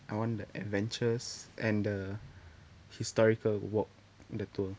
this I want the adventures and the historical walk the tour